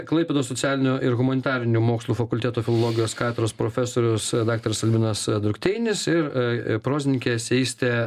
klaipėdos socialinių ir humanitarinių mokslų fakulteto filologijos katedros profesorius daktaras albinas drukteinis ir prozininkė eseistė